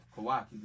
Kawaki